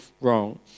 wrong